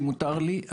אם מותר לי,